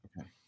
Okay